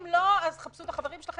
לא עושים את זה מאחורי הקלעים.